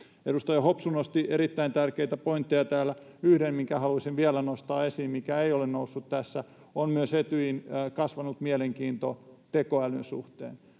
Edustaja Hopsu nosti erittäin tärkeitä pointteja täällä. Yksi, minkä haluaisin vielä nostaa esiin ja mikä ei ole noussut tässä, on myös Etyjin kasvanut mielenkiinto tekoälyn suhteen.